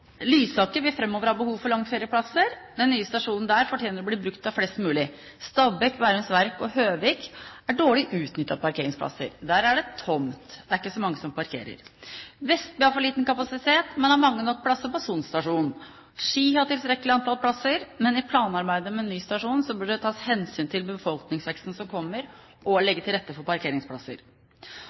Lysaker vil framover ha behov for langt flere plasser. Den nye stasjonen der fortjener å bli brukt av flest mulig. Stabekk, Bærums Verk og Høvik har dårlig utnyttede parkeringsplasser. Der er det tomt. Det er ikke så mange som parkerer. Vestby har for liten kapasitet, men har mange nok plasser på Son stasjon. Ski har tilstrekkelig antall plasser, men i planarbeidet med ny stasjon bør det tas hensyn til befolkningsveksten som kommer, og legges til rette for parkeringsplasser.